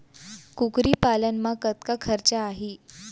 कुकरी पालन म कतका खरचा आही?